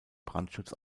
brandschutz